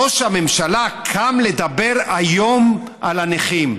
ראש הממשלה קם לדבר היום על הנכים.